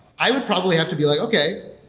i would probably have to be like, okay,